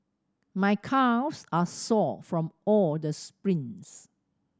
my calves are sore from all the sprints